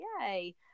Yay